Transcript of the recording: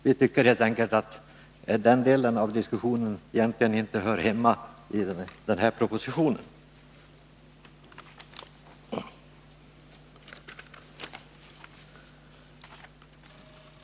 Vi tycker helt enkelt att den delen inte hör hemma i denna proposition.